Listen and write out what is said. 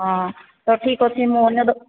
ହଁ ତ ଠିକ୍ ଅଛି ମୁଁ ଅନ୍ୟ ଦୋକ୍